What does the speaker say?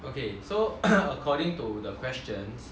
okay so according to the questions